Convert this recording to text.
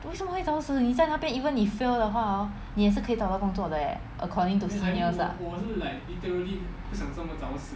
为什么会早死你在那边 even 你 fail 的话 hor 你也是可以找到工作的 leh according to seniors lah